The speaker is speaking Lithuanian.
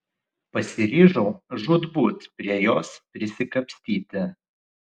pasiryžau žūtbūt prie jos prisikapstyti